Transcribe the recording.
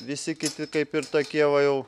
visi kiti kaip ir tokie va jau